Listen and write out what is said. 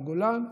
בגולן,